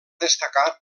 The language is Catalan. destacar